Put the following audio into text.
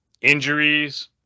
injuries